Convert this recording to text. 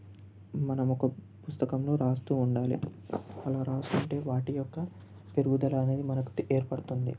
మనము ఒక పుస్తకంలో రాస్తూ ఉండాలి అలా రాస్తూ ఉంటే వాటి యొక్క పెరుగుదల అనేది తె ఏర్పడుతుంది